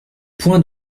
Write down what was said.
point